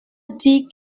dit